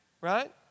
Right